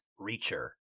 Reacher